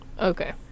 Okay